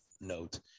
note